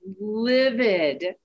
livid